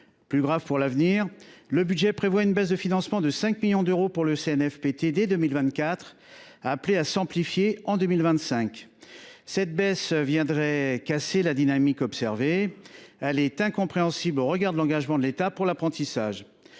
Plus grave pour l’avenir, le budget prévoit pour le CNFPT une baisse de financement de 5 millions d’euros dès 2024, laquelle est appelée à s’amplifier en 2025. Cette baisse viendrait casser la dynamique observée. Elle est incompréhensible au regard de l’engagement de l’État en faveur de l’apprentissage.